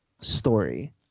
story